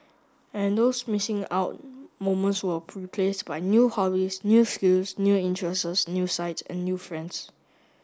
and those missing out moments were by new hobbies new skills new interests new sights and new friends